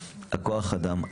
כוח האדם,